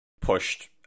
pushed